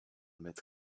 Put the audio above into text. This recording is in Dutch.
met